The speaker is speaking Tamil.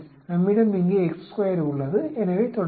நம்மிடம் இங்கே உள்ளது எனவே தொடரவும்